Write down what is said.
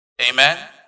Amen